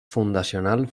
fundacional